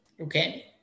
Okay